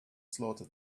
slaughter